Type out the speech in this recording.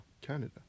Canada